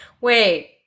wait